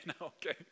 okay